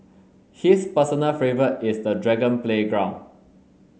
his personal favourite is the dragon playground